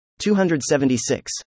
276